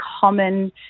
common